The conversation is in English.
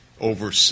over